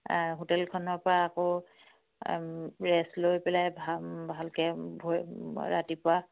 হোটেলখনৰপৰা আকৌ ৰেষ্ট লৈ পেলাই ভালকৈ ভৰি ৰাতিপুৱা